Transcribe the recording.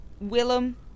Willem